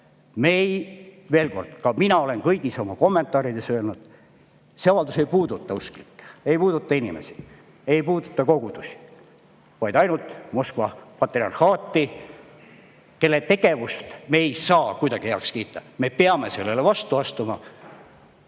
aeg? Veel kord: ka mina olen kõigis oma kommentaarides öelnud, et see avaldus ei puuduta usklikke, ei puuduta inimesi, ei puuduta kogudusi, vaid ainult Moskva patriarhaati, kelle tegevust me ei saa kuidagi heaks kiita. Me peame sellele vastu astuma,